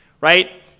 right